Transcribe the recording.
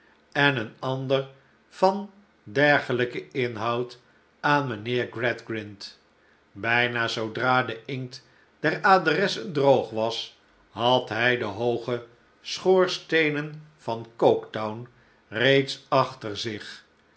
en een ander van dergelijken inhoud aan mijnheer gradgrind bijna zoodra de inkt der adressen droqg was had hy de hooge schoorsteenen van coketown reeds achter zich